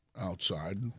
outside